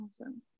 Awesome